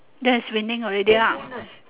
that is winning already lah